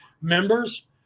members